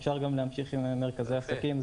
אפשר גם להמשיך עם מרכזי העסקים,